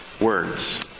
words